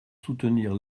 soutenir